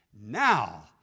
Now